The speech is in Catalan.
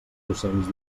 docents